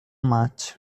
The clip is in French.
match